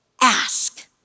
ask